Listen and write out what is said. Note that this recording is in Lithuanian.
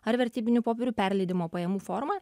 ar vertybinių popierių perleidimo pajamų forma